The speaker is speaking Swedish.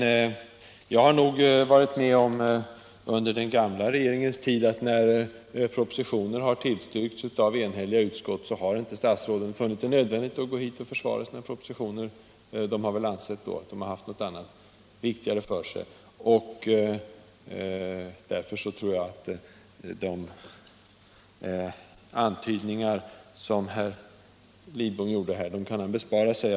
Riksdagen har nog varit med om förr, att när propositioner har tillstyrkts av enhälliga utskott, har statsråden inte funnit det nödvändigt att gå till riksdagen och försvara sina propositioner. Herr Lidbom kunde sålunda ha besparat oss de antydningar som han har framfört här.